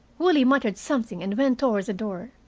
willie muttered something, and went toward the door.